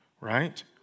right